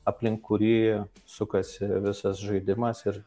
aplink kurį sukasi visas žaidimas ir